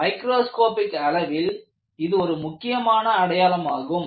microscopic அளவில் இது ஒரு முக்கியமான அடையாளமாகும்